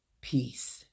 Peace